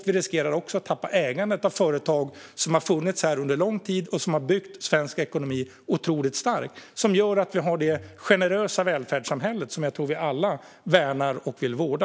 Vi riskerar också att tappa ägandet i företag som har funnits här under lång tid, som har byggt svensk ekonomi otroligt stark och som gör att vi har det generösa välfärdssamhälle som jag tror att vi alla värnar och vill vårda.